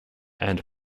and